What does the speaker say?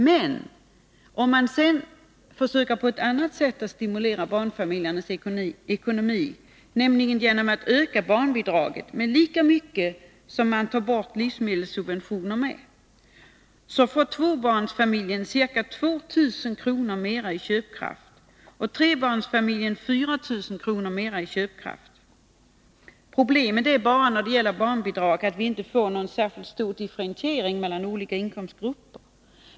Men om man i stället försöker att stimulera barnfamiljernas ekonomi genom att öka barnbidraget med lika mycket som man tar bort i livsmedelssubventioner, får tvåbarnsfamiljen ca 2 000 kr. mer i köpkraft och trebarnsfamiljen 4 000 kr. mer i köpkraft. Problemet med barnbidraget är bara att det inte innebär någon differentiering mellan olika inkomstgrupper.